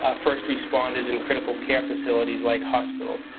ah first responders and critical care facilities like hospitals.